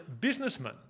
businessman